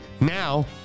now